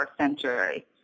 century